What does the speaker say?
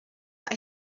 that